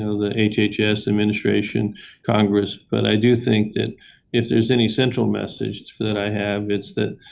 the hhs administration congress, but i do think that if there is any central message that i have it's that,